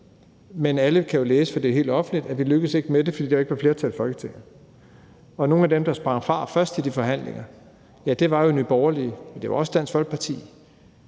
Men alle kan jo læse, for det er helt offentligt, at vi ikke lykkedes med det, fordi der ikke var flertal for det i Folketinget. Nogle af dem, der sprang fra først i de forhandlinger, var jo Nye Borgerlige, men det var også Dansk Folkeparti.